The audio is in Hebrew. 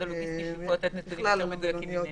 הלוגיסטי ויוכלו לתת נתונים יותר מדויקים ממני.